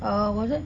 uh what's that